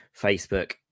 Facebook